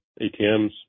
ATMs